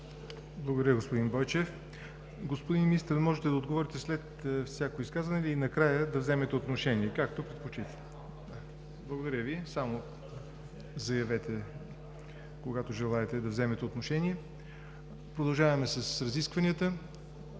Благодаря, господин Бойчев. Господин Министър, можете да отговаряте след всяко изказване или накрая да вземете отношение. Както предпочитате. Добре, заявете, когато желаете да вземете отношение. Продължаваме с разискванията.